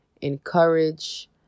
encourage